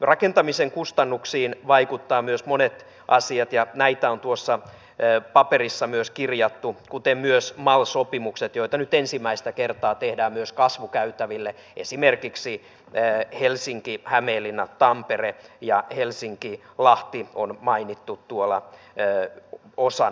rakentamisen kustannuksiin vaikuttavat monet asiat ja näitä on tuossa paperissa myös kirjattu kuten myös mal sopimukset joita nyt ensimmäistä kertaa tehdään myös kasvukäytäville esimerkiksi helsinkihämeenlinnatampere ja helsinkilahti on mainittu tuolla osana